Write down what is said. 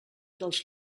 dels